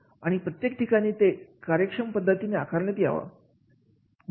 आणि प्रत्येक ठिकाणी ते कार्यक्षम पद्धतीने आकारण्यात यावा